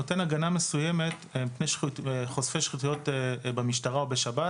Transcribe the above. אני חושבת שהפוטנציאל של שחיתות לצערנו הרב,